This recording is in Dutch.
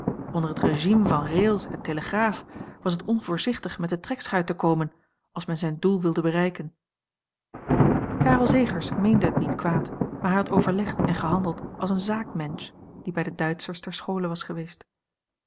onder het régime van rails en telegraaf was het onvoorzichtig met de trekschuit te komen als men zijn doel wilde bereiken karel zegers meende het niet kwaad maar hij had overlegd en gehandeld als een zaakmensch die bij de duitschers ter schole was geweest